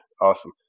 Awesome